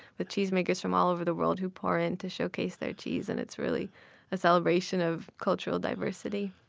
with cheesemakers from all over the world who pour in to showcase their cheese and it's really a celebration of cultural diversity